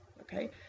okay